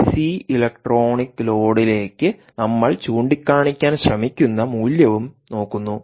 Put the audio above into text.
DC electronic ലോഡിലേയ്ക്ക് നമ്മൾ ചൂണ്ടിക്കാണിക്കാൻ ശ്രമിക്കുന്ന മൂല്യവും നോക്കുന്നു